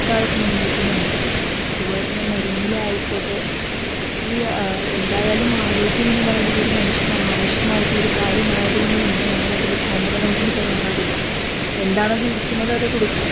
ഇക്കാലത്ത് നിലനിൽക്കുന്നൊണ്ട് അതുപോലെ തന്നെ മരുന്നിലായിക്കോട്ടെ ഈ എന്തായാലും ആരോഗ്യമെന്ന് പറയുന്നത് ഒരു മനുഷ്യനാവശ്യമായിട്ടുള്ള ഒരു കാര്യമായത് കൊണ്ട് തന്നെ നമ്മളതിന് കോംപ്രമൈസിന് തയ്യാറാവില്ല എന്താണ് ചോദിക്കുന്നത് അത് കൊടുക്കും